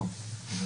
פה.